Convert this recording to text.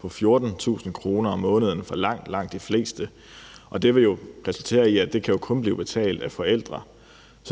på 14.000 kr. om måneden. Sådan er det for langt, langt de fleste. Det vil jo resultere i, at det kun kan blive betalt af forældrene.